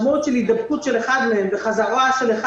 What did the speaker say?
המשמעות של הידבקות של אחד מהם וחזרה של אחד